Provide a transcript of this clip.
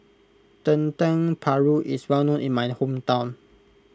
Dendeng Paru is well known in my hometown